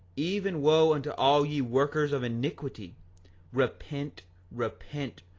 even wo unto all ye workers of iniquity repent, repent,